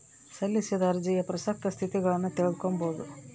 ಸಲ್ಲಿಸಿದ ಅರ್ಜಿಯ ಪ್ರಸಕ್ತ ಸ್ಥಿತಗತಿಗುಳ್ನ ತಿಳಿದುಕೊಂಬದು